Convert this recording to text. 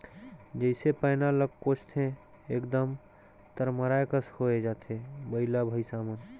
जइसे पैना ल कोचथे एकदम तरमराए कस होए जाथे बइला भइसा मन